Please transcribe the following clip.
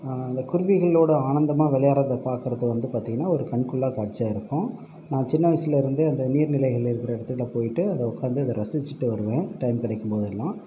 இந்த குருவிகளோடய ஆனந்தமாக விளையாடுகிறத பார்க்குறது வந்து பார்த்திங்கன்னா ஒரு கண்கொள்ளாக் காட்சியாருக்கும் நான் சின்ன வயசுலேருந்தே அந்த நீர்நிலைகள் இருக்கிற இடத்துகிட்ட போயிட்டு அதை உட்காந்து அதை ரசிச்சுட்டு வருவேன் டைம் கிடைக்கும் போதெல்லாம்